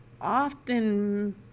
often